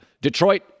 Detroit